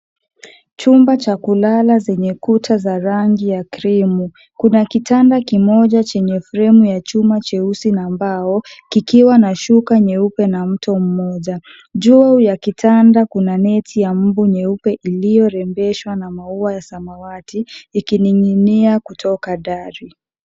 Chumba cha kulala zenye kuta ya rangi ya krimu. Kuna kitanda kimoja chenye fremu ya chuma cheusi na mbao kikiwa na shuka nyeupe na mto mmoja. Juu ya kitanda kuna neti ya mbu nyeupe iliyorembeshwa na maua ya samawati ikining'inia kutoka dari.